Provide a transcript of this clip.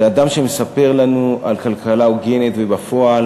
זה אדם שמספר לנו על כלכלה הוגנת ובפועל